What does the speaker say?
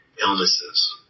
illnesses